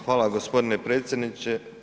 Hvala gospodine predsjedniče.